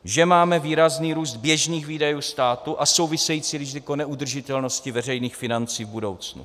Že máme výrazný růst běžných výdajů státu a související riziko neudržitelnosti veřejných financí v budoucnu.